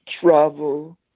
travel